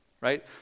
right